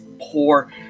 poor